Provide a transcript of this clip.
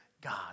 God